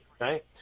right